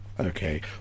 Okay